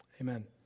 Amen